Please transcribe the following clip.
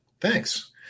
Thanks